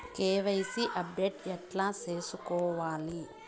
KYC update ఎట్లా సేసుకోవాలి?